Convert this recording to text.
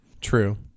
True